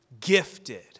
gifted